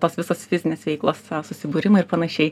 tos visos fizinės veiklos susibūrimai ir panašiai